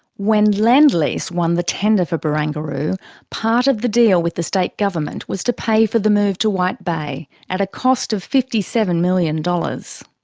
when lend lease won the tender for barangaroo part of the deal with the state government was to pay for the move to white bay at a cost of fifty seven million dollars.